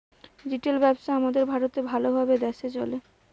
retail ব্যবসা আমাদের ভারতে ভাল ভাবে দ্যাশে চলে